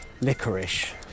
licorice